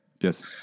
Yes